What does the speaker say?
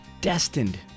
destined